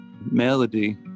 melody